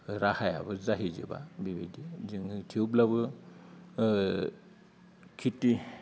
राहायाबो जाहै जोबा बेबायदि जोङो थेवब्लाबो खिथि